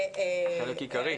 חלק עיקרי,